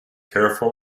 careful